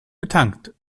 betankt